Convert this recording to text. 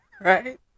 right